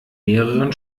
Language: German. mehreren